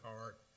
heart